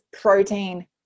protein